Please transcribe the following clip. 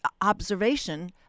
observation